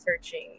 searching